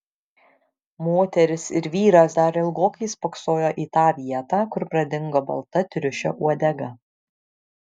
moteris ir vyras dar ilgokai spoksojo į tą vietą kur pradingo balta triušio uodega